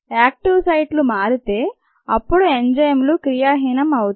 active site లు మారితే అప్పుడు ఎంజైమ్ లు క్రియాహీనం అవుతాయి